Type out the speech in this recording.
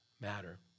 matter